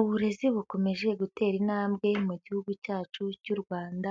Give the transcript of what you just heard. Uburezi bukomeje gutera intambwe mu gihugu cyacu cy'u Rwanda,